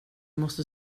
måste